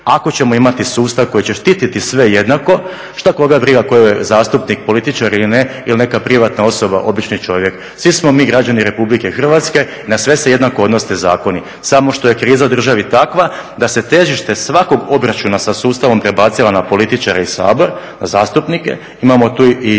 ako ćemo imati sustav koji će štititi sve jednako šta koga briga tko je zastupnik, političar ili neka privatna osoba, obični čovjek. Svi smo mi građani Republike Hrvatske, na sve se jednako odnose zakoni, samo što je kriza u državi takva da se težište svakog obračuna sa sustavom prebaciva na političare i Sabor, na zastupnike. Imamo tu i